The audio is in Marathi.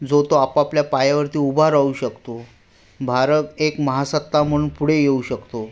जो तो आपापल्या पायावरती उभा राहू शकतो भारत एक महासत्ता म्हणून पुढे येऊ शकतो